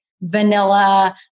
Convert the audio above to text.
vanilla